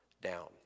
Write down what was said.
down